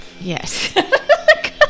Yes